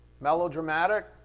Melodramatic